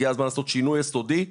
הגיע הזמן לעשות שינוי יסודי,